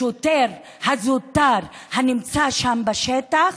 לשוטר הזוטר הנמצא שם בשטח,